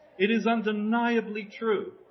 it is undeniably true,